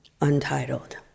Untitled